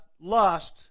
lust